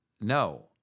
No